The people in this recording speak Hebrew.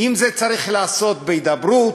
אם זה צריך להיעשות בהידברות,